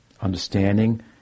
understanding